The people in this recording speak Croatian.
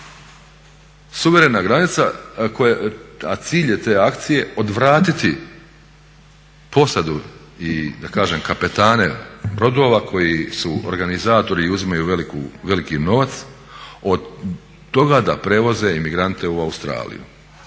suverena granica, a cilj je te akcije odvratiti posadu i da kažem kapetane brodova koji su organizatori i uzimaju veliki novac od toga da prevoze imigrante u Australiju.